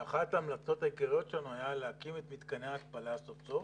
ואחת ההמלצות העיקריות שם הייתה להקים את מתקני ההתפלה סוף סוף,